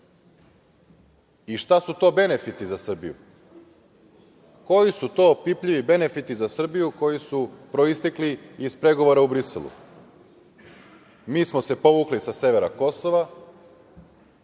i šta su to benefiti za Srbiju, koji su to opipljivi benefiti za Srbiju koji su proistekli iz pregovora u Briselu. Mi smo se povukli sa severa Kosova,